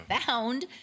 found